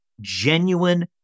genuine